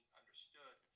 understood